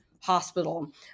Hospital